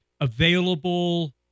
available